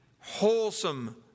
wholesome